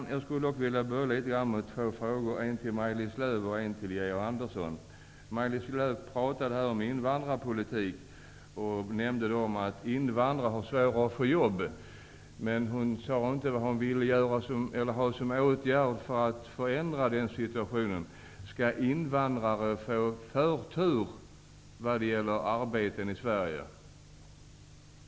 Jag skulle vilja ställa två frågor, en till Maj-Lis Lööw pratade om invandrarpolitik och nämnde att invandrare har svårare att få jobb, men hon sade inte vilken åtgärd hon ville vidta för att förändra situationen. Skall invandrare få förtur vad gäller arbeten i Sverige?